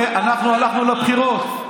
עזוב, אין לו מתחרים, אין לו מתחרים.